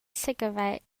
cigarette